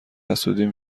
حسودیم